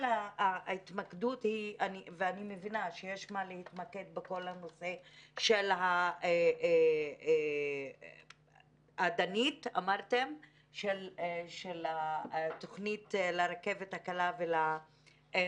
אני מבינה שיש מה להתמקד בכל הנושא התוכנית לרכבת הקלה ולמטרו,